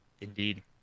Indeed